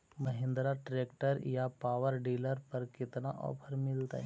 Mahindra tractor या power dealer पर कितना ओफर मीलेतय?